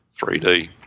3D